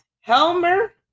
Helmer